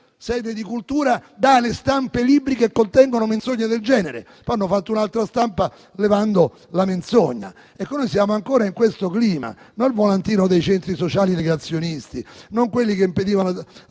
sede di cultura, dà alle stampe libri che contengono menzogne del genere. Poi hanno fatto un'altra stampa levando la menzogna. Noi siamo ancora in questo clima: non penso al volantino dei centri sociali negazionisti, o a quelli che impedivano